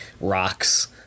rocks